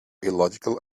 illogical